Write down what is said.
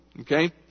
Okay